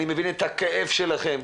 ואני מבין את הכאב שלכם,